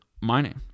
mining